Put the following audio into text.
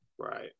Right